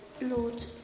Lord